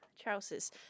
trousers